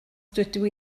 dydw